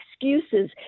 excuses